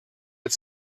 mit